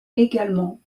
également